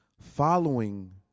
following